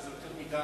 כי זה יותר מדי,